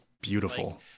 beautiful